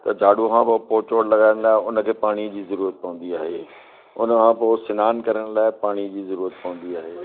त झाड़ू खां पोइ पोचो लॻाइण लाइ उनखे पाणी जी ज़रूरत पवंदी आहे उनखां पोइ सिनानु करण लाइ पाणीअ जी ज़रूरत पवंदी आहे